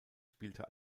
spielte